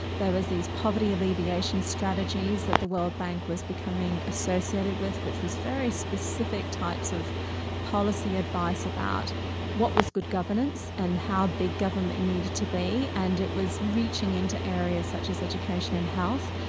there was these poverty alleviation strategies that the world bank was becoming associated with, which was very specific types of policy advice about what was good governance and how big government needed to be. and it was reaching into areas such as education and health.